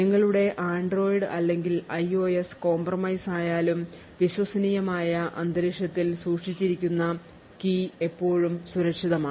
നിങ്ങളുടെ Android അല്ലെങ്കിൽ IOS compromise ആയാലും വിശ്വസനീയമായ അന്തരീക്ഷത്തിൽ സൂക്ഷിച്ചിരിക്കുന്ന കീ എപ്പോഴും സുരക്ഷിതമാണ്